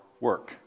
work